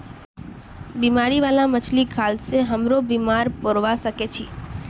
बीमारी बाला मछली खाल से हमरो बीमार पोरवा सके छि